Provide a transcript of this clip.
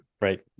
right